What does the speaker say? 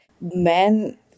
men